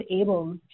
able